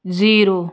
zero